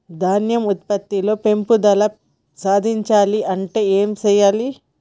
ధాన్యం ఉత్పత్తి లో పెంపుదల సాధించాలి అంటే ఏం చెయ్యాలి?